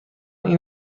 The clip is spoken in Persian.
این